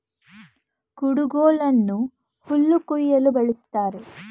ಕುಡುಗೋಲನ್ನು ಹುಲ್ಲು ಕುಯ್ಯಲು ಬಳ್ಸತ್ತರೆ